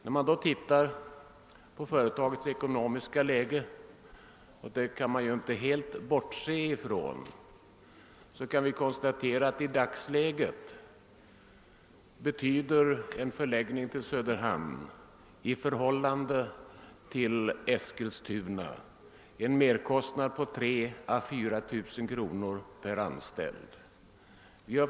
Ser vi på den ekonomiska sidan av saken — det kan man ju inte helt underlåta att göra — kan vi konstatera att en förläggning till Söderhamn jämfört med en förläggning till Eskilstuna i dagsläget betyder en merkostnad på 3 000 å 4 000 kr. per anställd.